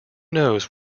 knows